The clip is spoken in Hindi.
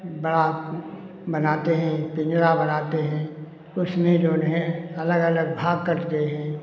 बड़ा बनाते हैं पिंजड़ा बनाते हैं उसमें जऊन है अलग अलग भाग करते हैं